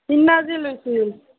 সেইদিনা যে লৈছিল